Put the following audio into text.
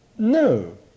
No